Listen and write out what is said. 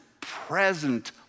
present